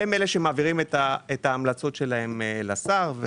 הם אלה שמעבירים את ההמלצות שלהם לשר.